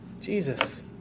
Jesus